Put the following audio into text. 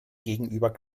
gegenüber